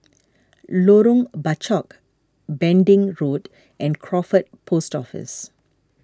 Lorong Bachok Pending Road and Crawford Post Office